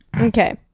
Okay